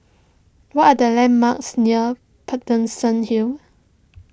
what are the landmarks near Paterson Hill